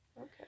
Okay